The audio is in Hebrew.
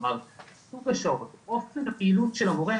כלומר אופק הפעילות של המורה,